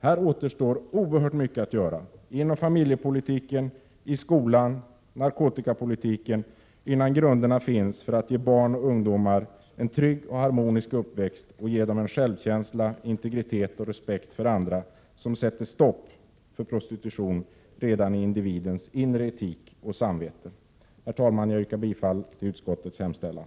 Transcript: Här återstår oerhört mycket att göra inom familjepolitiken, i skolan och inom narkotikapolitiken, innan grunderna finns för att ge barn och ungdomar en trygg och harmonisk uppväxt och ge dem en självkänsla, integritet och respekt för andra, som sätter stopp för prostitution redan i individens inre etik och samvete. Herr talman! Jag yrkar bifall till utskottets hemställan.